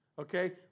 okay